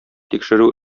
тикшерү